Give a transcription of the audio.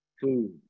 food